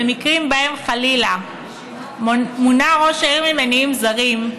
במקרים שבהם חלילה מונע ראש העירייה ממניעים זרים,